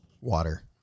Water